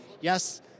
Yes